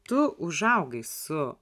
tu užaugai su